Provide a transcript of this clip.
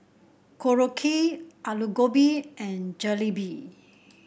Korokke Alu Gobi and Jalebi